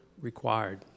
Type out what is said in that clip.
required